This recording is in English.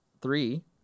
three